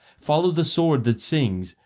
follow the sword that sings,